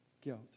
guilt